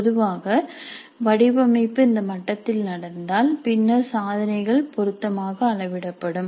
பொதுவாக வடிவமைப்பு இந்த மட்டத்தில் நடந்தால் பின்னர் சாதனைகள் பொருத்தமாக அளவிடப்படும்